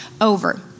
over